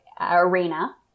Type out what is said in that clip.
arena